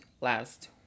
last